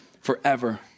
forever